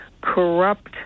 corrupt